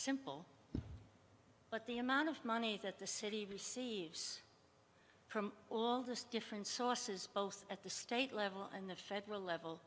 simple but the amount of money that the city receives from all those different sources both at the state level and the federal level